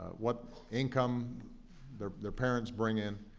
what income their their parents bring in,